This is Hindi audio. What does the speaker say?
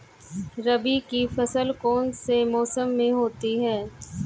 रबी की फसल कौन से मौसम में होती है?